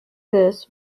this